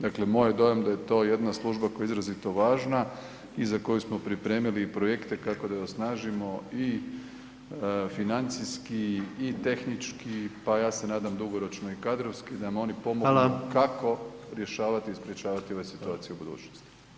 Dakle, moj dojam da je to jedna služba koja je izrazito važna i za koju smo pripremili projekte kako da je osnažimo i financijski i tehnički, a ja se nadam i kadrovski da nam oni pomognu [[Upadica: Hvala.]] kako rješavati i sprječavati ove situacije u budućnosti.